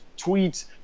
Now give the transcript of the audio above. tweets